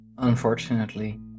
Unfortunately